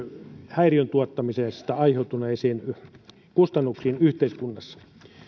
häiriön tuottamisesta aiheutuneisiin kustannuksiin yhteiskunnassa